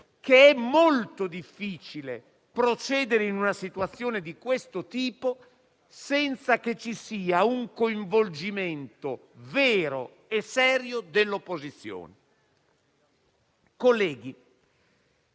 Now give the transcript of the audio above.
che sia molto difficile procedere in una situazione di questo tipo, senza che ci sia un coinvolgimento vero e serio dell'opposizione. Colleghi,